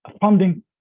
funding